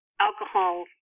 alcohol